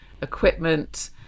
equipment